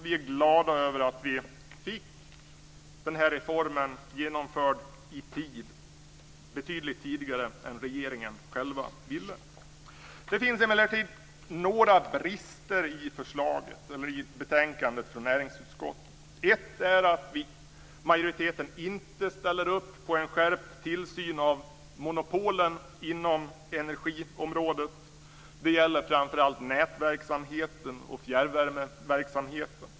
Vi är glada över att vi fick reformen genomförd i tid och betydligt tidigare än vad regeringen själv ville. Det finns emellertid några brister i betänkandet från näringsutskottet. Ett är att majoriteten inte ställer upp på en skärpt tillsyn av monopolen inom energiområdet. Det gäller framför allt nätverksamheten och fjärrvärmeverksamheten.